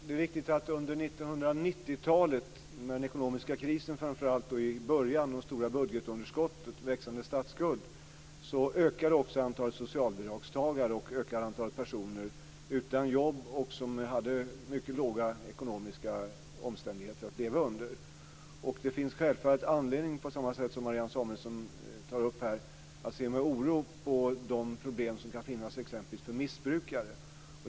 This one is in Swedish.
Herr talman! Under 1990-talets ekonomiska kris, framför allt i början av 90-talet, med ett stort budgetunderskott och en växande statsskuld, så ökade antalet socialbidragstagare, antalet personer utan jobb och antalet personer i mycket små ekonomiska omständigheter. Precis som Marianne Samuelsson påpekade finns det självfallet anledning att se med oro på de problem som kan finnas för t.ex. missbrukare.